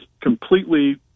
completely